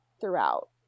throughout